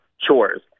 chores